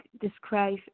describe